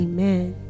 Amen